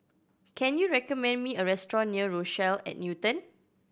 can you recommend me a restaurant near Rochelle at Newton